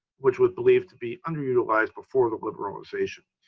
which was believed to be underutilized before the liberalization.